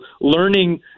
learning